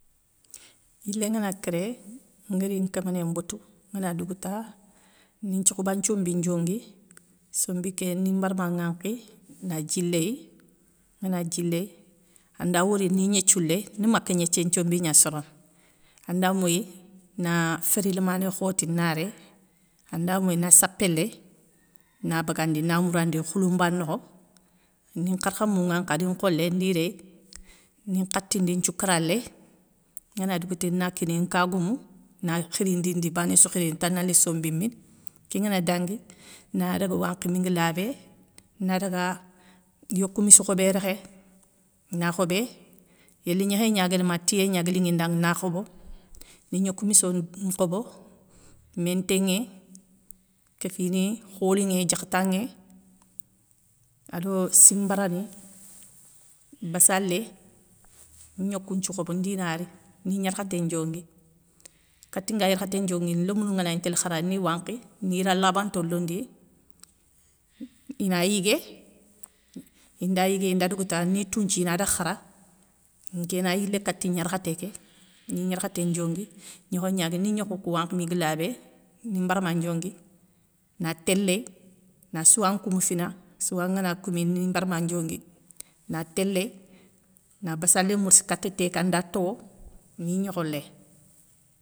Yilé ngana kéré, nguéri kéméné mbotou, ngana dougouta ni nthokhoba ntiombi ndiongui, sombi ké ni barama nwankhi, na dji ley, ngana dji ley ada wori ni gnéthiou ley, ni maka gnéthié nthiombi gna sorono, anda moyi, na féri lamané khoti narey, anda moyi na sapé ley, na bagandi na mourandi khouloumba nokho, ni kharkhamou nwankhi adi nkholé ndi rey ni nkhati ndi nthioukara ley ngana dougouta na nkgoumou, na khirindindi bané sou khiri ta na li sombi sombi mini. Kén ngana dangui, na daga wankhi mi nga labé, na daga yokou missa khobé rékhé. na khobé, yéli gnékhé gna gani ma tiyé gnaga li ŋi nda ŋa na khobo, ni gnokoumisso nkhobo, métinŋé, kéfini kholinŋé, diakhtanŋé, ado simbarani, bassalé, ni gnokou nthiou khobo ndi na ri; ni gnarkhaté ndiongui, kati nga yarkhaté ndionguini lomounou nga na gni télé khara ni wankhi, ni yira labanto londiya, ina yigué, inda yigué inda dougouta ni tounthi ina daga khara, nké na yilé kati gnarkhaté ké, ni gnarkhaté ndiongui, gnékhé gnagani ni gnokho kou wankhi mi ga labé, ndi barama ndiongui, na té ley na souwa koumou fina souwa ngana koumi, ni barma ndiongui, na té ley, na bassalé mourssi kati té ké anda towo ni gnokho ley.